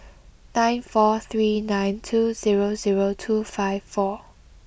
nine four three nine two zero zero two five four